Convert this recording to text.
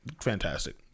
Fantastic